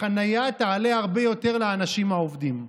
והחניה תעלה הרבה יותר לאנשים העובדים,